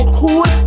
cool